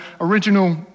original